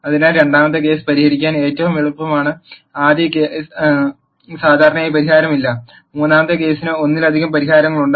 അതിനാൽ രണ്ടാമത്തെ കേസ് പരിഹരിക്കാൻ ഏറ്റവും എളുപ്പമാണ് ആദ്യ കേസ് സാധാരണയായി പരിഹാരമില്ല മൂന്നാമത്തെ കേസിന് ഒന്നിലധികം പരിഹാരങ്ങളുണ്ട്